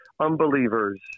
unbelievers